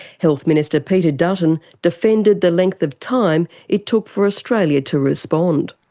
health minister peter dutton defended the length of time it took for australia to respond.